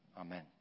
Amen